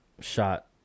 shot